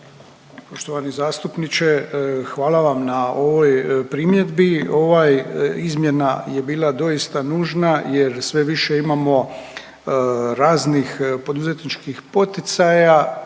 Poštovani zastupniče hvala vam na ovoj primjedbi. Ovaj izmjena je bila doista nužna jer sve više imamo raznih poduzetničkih poticaja